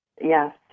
Yes